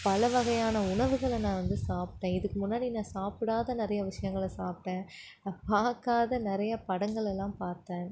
பலவகையான உணவுகளை நான் வந்து சாப்பிட்டேன் இதுக்கு முன்னாடி நான் சாப்பிடாத நிறைய விஷயங்களை சாப்பிட்டேன் பார்க்காத நிறையா படங்கள் எல்லாம் பார்த்தேன்